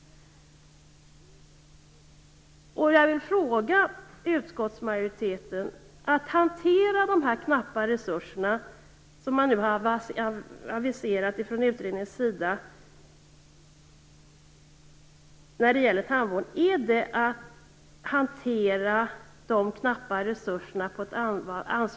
Jag vill fråga utskottsmajoriteten: Är den hantering av de knappa resurserna som man nu har aviserat i utredningen när det gäller tandvård, ett ansvarsfullt sätt att hantera dem på?